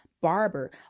barber